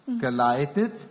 geleitet